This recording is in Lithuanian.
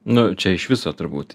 nu čia iš viso turbūt